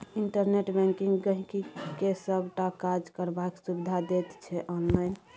internet banking गांहिकी के सबटा काज करबाक सुविधा दैत छै आनलाइन